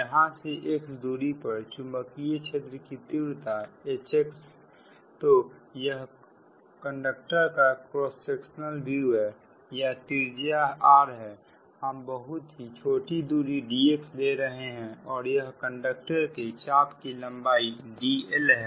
यहां से x दूरी पर चुंबकीय क्षेत्र की तीव्रता Hx तो यह कंडक्टर का क्रॉस सेक्शन व्यू है या त्रिज्या R है हम बहुत ही छोटी दूरी dx ले रहे हैं और यह कंडक्टर के चाप की लंबाई dl है